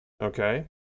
Okay